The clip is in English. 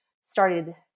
started